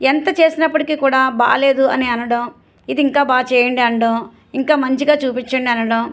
ఎంత చేసినప్పటికీ కూడా బాలేదు అని అనడం ఇది ఇంకా బాగా చేయండి అనడం ఇంకా మంచిగా చూపించండి అనడం